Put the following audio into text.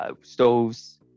stoves